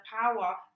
power